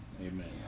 Amen